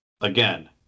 again